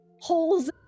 holes